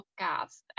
podcast